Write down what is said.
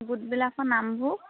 গোটবিলাকৰ নামবোৰ